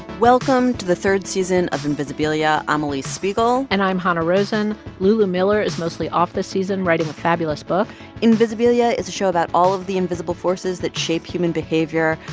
welcome to the third season of invisibilia. i'm alix spiegel and i'm hanna rosin. lulu miller is mostly off this season writing a fabulous book invisibilia is a show about all of the invisible forces that shape human behavior,